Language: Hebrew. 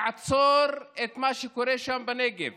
לעצור את מה שקורה שם בנגב.